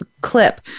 clip